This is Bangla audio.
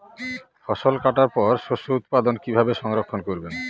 ফসল কাটার পর শস্য উৎপাদন কিভাবে সংরক্ষণ করবেন?